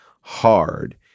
hard